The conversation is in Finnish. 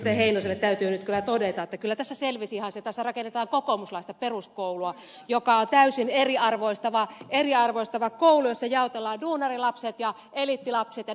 heinoselle täytyy nyt kyllä todeta että kyllä selvisi ihan se että tässä rakennetaan kokoomuslaista peruskoulua joka on täysin eriarvoistava koulu jossa jaotellaan duunarin lapset ja eliittilapset ja niin edelleen